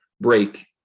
break